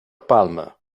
palmer